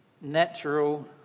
natural